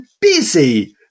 busy